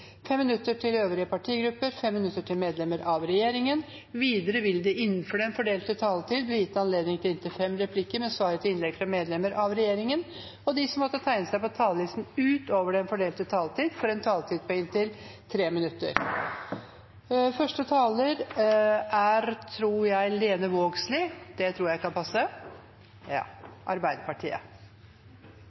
fem replikker med svar etter innlegg fra medlemmer av regjeringen, og de som måtte tegne seg på talerlisten utover den fordelte taletid, får en taletid på inntil 3 minutter. Det er et alvorlig spørsmål, et viktig spørsmål, som tas opp i representantforslaget. Det